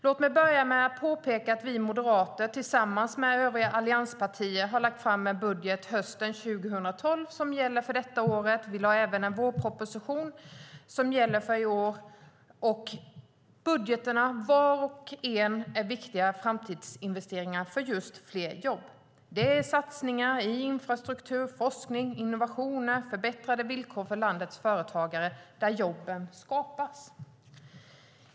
Låt mig börja med att påpeka att vi moderater tillsammans med övriga allianspartier hösten 2012 lade fram en budget som gäller för detta år. Vi lade även fram en vårproposition som gäller för i år. Budgetarna är var och en viktiga framtidsinvesteringar för just fler jobb. Det är satsningar på infrastruktur, forskning, innovation och förbättrade villkor för landets företagare - där jobben skapas.